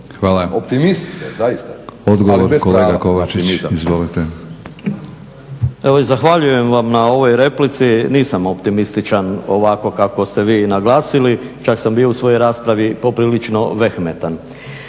Hvala. Odgovor kolega Kovačić izvolite. **Kovačić, Borislav (SDP)** Evo zahvaljujem vam na ovoj replici. Nisam optimističan ovako kako ste vi naglasili, čak sam bio u svojoj raspravi poprilično vehmetan